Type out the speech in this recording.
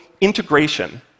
integration